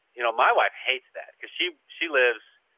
you know, my wife hates that. because she she lives,